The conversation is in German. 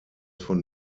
von